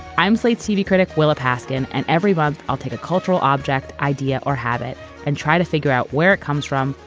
i'm slate tv critic willa paskin and every month i'll take a cultural object idea or habit and try to figure out where it comes from,